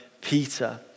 Peter